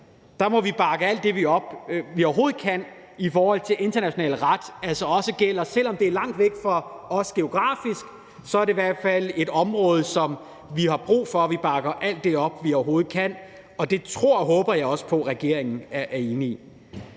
Der må vi bakke alt det op, vi overhovedet kan, i forhold til at international ret altså også gælder. Selv om det er langt væk fra os geografisk, er det i hvert fald et område, som vi har brug for, og vi bakker alt det op, vi overhovedet kan, og det tror og håber jeg også på regeringen er enig i.